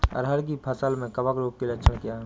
अरहर की फसल में कवक रोग के लक्षण क्या है?